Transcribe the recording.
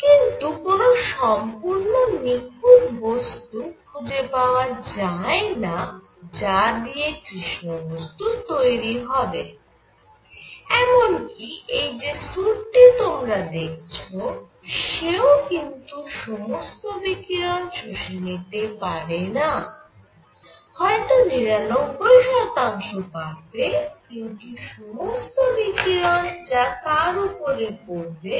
কিন্তু কোন সম্পূর্ণ নিখুঁত বস্তু খুঁজে পাওয়া যায়না যা দিয়ে কৃষ্ণ বস্তু তৈরি হবে এমনকি এই যে স্যুট টি তোমরা দেখছ সেও কিন্তু সমস্ত বিকিরণ শুষে নিতে পারেনা হয়ত 99 শতাংশ পারবে কিন্তু সমস্ত বিকিরণ যা তার উপরে পড়বে